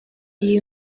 iyi